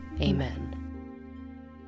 Amen